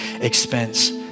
expense